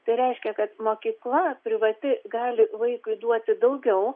tai reiškia kad mokykla privati gali vaikui duoti daugiau